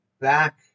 back